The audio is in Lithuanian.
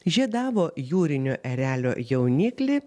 žiedavo jūrinio erelio jauniklį